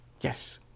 Yes